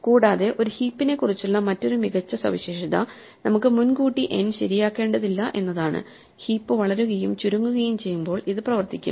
കൂടാതെ ഒരു ഹീപ്പിനെക്കുറിച്ചുള്ള മറ്റൊരു മികച്ച സവിശേഷത നമുക്ക് മുൻകൂട്ടി n ശരിയാക്കേണ്ടതില്ല എന്നതാണ് ഹീപ്പ് വളരുകയും ചുരുങ്ങുകയും ചെയ്യുമ്പോൾ ഇത് പ്രവർത്തിക്കും